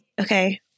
okay